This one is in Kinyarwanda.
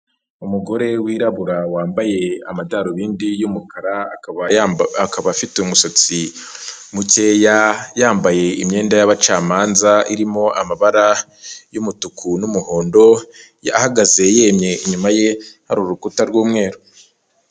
Umugore wirabura wambaye amadarubindi y'umukara, akaba afite umusatsi mukeya, yambaye imyenda yabacamanza irimo amabara y'umutuku n'umuhondo, ahagaze yemye; inyuma ye hari urukuta rw'umweru.